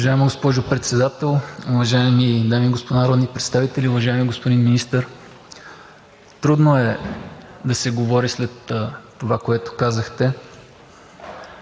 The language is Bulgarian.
Уважаема госпожо Председател, уважаеми дами и господа народни представители! Уважаеми господин Министър, трудно е да се говори след това, което казахте.